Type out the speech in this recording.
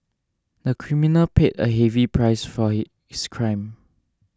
the criminal paid a heavy price for his crime